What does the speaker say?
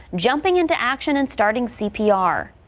jumping into action and starting cpr.